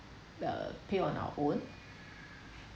the pay on our own